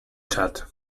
chat